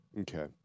Okay